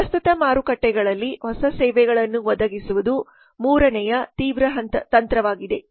ಪ್ರಸ್ತುತ ಮಾರುಕಟ್ಟೆಗಳಲ್ಲಿ ಹೊಸ ಸೇವೆಗಳನ್ನು ಒದಗಿಸುವುದು ಮೂರನೆಯ ತೀವ್ರ ತಂತ್ರವಾಗಿದೆ